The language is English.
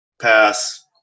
pass